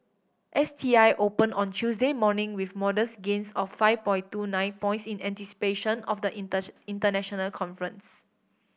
S T I open on Tuesday morning with modest gains of five point two nine points in anticipation of the inters international conference